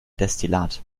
destillat